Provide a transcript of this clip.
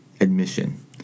admission